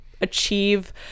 achieve